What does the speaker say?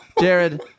Jared